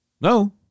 No